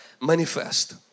manifest